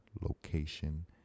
location